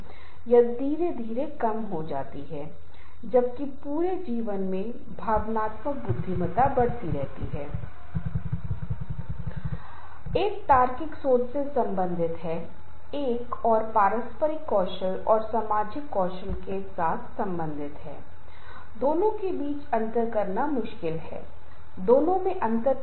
कई बार ऐसा होता है कि समूह एक दूसरे के साथ भी लड़ रहे हैं क्योंकि वे समूह की भावना रखते हैं और फिर इसलिए कि वे दूसरे समूह को नीचे रखना चाहते हैं और वे यह साबित करना चाहते हैं कि एक समूह दूसरे की तुलना में बेहतर है